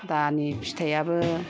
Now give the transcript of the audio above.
दानि फिथाइयाबो